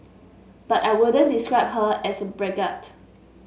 but I wouldn't describe her as a braggart